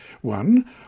One